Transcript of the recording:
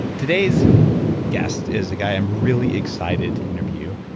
today's guest is a guy i'm really excited to interview.